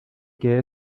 que